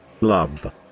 love